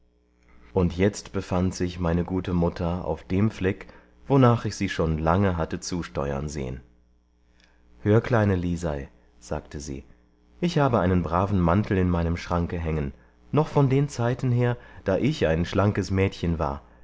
und jetzt befand sich meine gute mutter auf dem fleck wonach ich sie schon lange hatte zusteuern sehen hör kleine lisei sagte sie ich habe einen braven mantel in meinem schranke hängen noch von den zeiten her da ich ein schlankes mädchen war